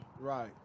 Right